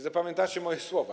Zapamiętacie moje słowa.